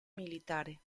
militare